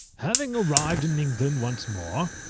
having arrived in england once more,